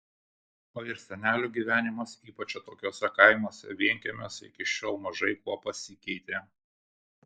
o ir senelių gyvenimas ypač atokiuose kaimuose vienkiemiuose iki šiol mažai kuo pasikeitė